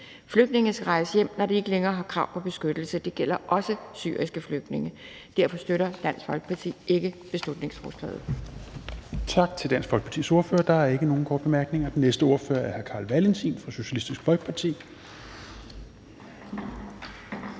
Flygtninge skal rejse hjem, når de ikke længere har krav på beskyttelse, og det gælder også syriske flygtninge. Derfor støtter Dansk Folkeparti ikke beslutningsforslaget.